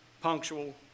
punctual